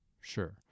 Sure